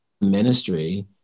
ministry